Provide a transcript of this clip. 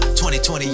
2020